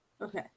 Okay